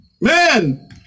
Man